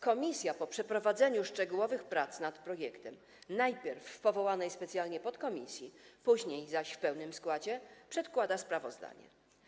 Komisja, po przeprowadzeniu szczegółowych prac nad projektem najpierw w powołanej specjalnie podkomisji, później zaś w pełnym składzie, przedkłada sprawozdanie.